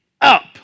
up